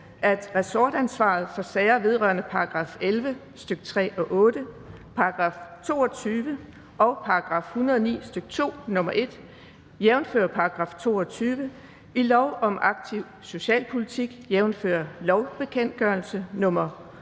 at ressortansvaret for sager vedrørende § 11, stk. 3 og 8, § 22 og § 109, stk. 2, nr. 1, jf. § 22, i lov om aktiv socialpolitik, jf. lovbekendtgørelse nr.